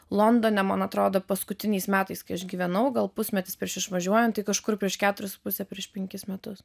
londone man atrodo paskutiniais metais kai aš gyvenau gal pusmetis prieš išvažiuojant tai kažkur prieš keturis su puse prieš penkis metus